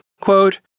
quote